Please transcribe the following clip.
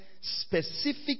specific